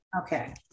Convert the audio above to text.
Okay